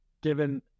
given